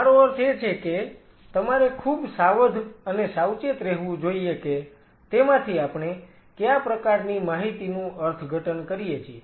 મારો અર્થ એ છે કે તમારે ખૂબ સાવધ અને સાવચેત રહેવું જોઈએ કે તેમાંથી આપણે કયા પ્રકારની માહિતીનું અર્થઘટન કરીએ છીએ